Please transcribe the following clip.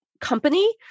company